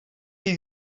chi